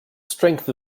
strength